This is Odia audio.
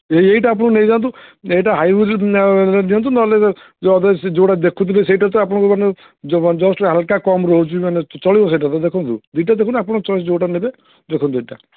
ଏଇ ଏଇଟା ଆପଣ ନେଇଯାଆନ୍ତୁ ଏଇଟା ହାଇ୍ ୟୁଜ୍ ଦିଅନ୍ତୁ ନହେଲେ ଯେଉଁଟା ଦେଖୁଥିଲେ ସେଇଟା ତ ଆପଣଙ୍କୁ ମାନେ ଜଷ୍ଟ୍ ହାଲକା କମ୍ ରହୁଛି ମାନେ ଚଳିବ ସେଇଟା ତ ଦେଖନ୍ତୁ ଦୁଇଟା ଦେଖନ୍ତୁ ଆପଣଙ୍କ ଚଏସ୍ ଯେଉଁଟା ନେବେ ଦେଖନ୍ତୁ ଏଇଟା